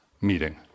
meeting